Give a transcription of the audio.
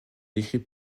décrit